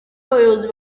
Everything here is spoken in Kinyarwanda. abayobozi